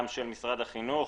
גם של משרד החינוך,